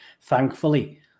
thankfully